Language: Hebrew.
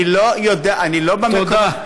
אני לא יודע, אני לא, תודה.